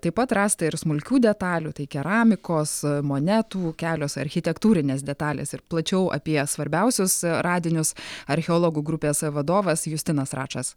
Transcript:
taip pat rasta ir smulkių detalių tai keramikos monetų kelios architektūrinės detalės ir plačiau apie svarbiausius radinius archeologų grupės vadovas justinas račas